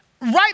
Right